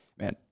man